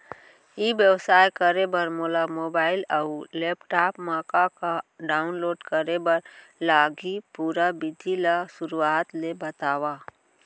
ई व्यवसाय करे बर मोला मोबाइल अऊ लैपटॉप मा का का डाऊनलोड करे बर लागही, पुरा विधि ला शुरुआत ले बतावव?